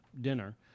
dinner